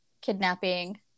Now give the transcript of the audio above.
kidnapping